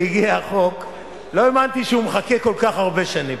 כשהגיע החוק לא האמנתי שהוא מחכה כל כך הרבה שנים.